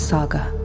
Saga